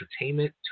Entertainment